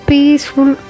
Peaceful